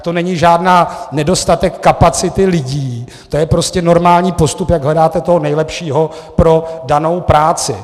To není žádný nedostatek kapacit lidí, to je prostě normální postup, jak hledáte toho nejlepšího pro danou práci.